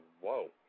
whoa